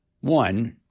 One